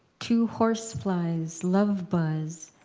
two horseflies love-buzz,